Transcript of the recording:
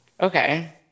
Okay